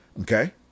Okay